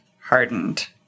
hardened